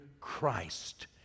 Christ